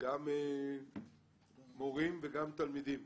גם מורים וגם תלמידים.